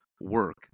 work